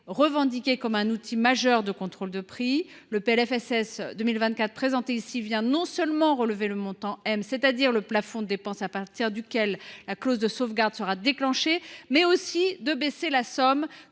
revendiqué comme un outil majeur de contrôle des prix. Le PLFSS 2024 vient non seulement relever le montant M, c’est à dire le plafond de dépenses à partir duquel la clause de sauvegarde sera déclenchée, mais aussi baisser la somme